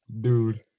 Dude